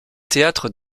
théâtre